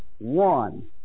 One